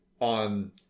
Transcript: on